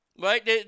right